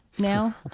now?